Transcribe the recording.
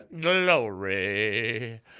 Glory